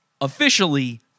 officially